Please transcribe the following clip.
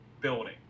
building